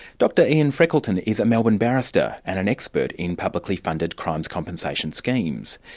dr ian freckleton is a melbourne barrister and an expert in publicly funded crimes compensation schemes.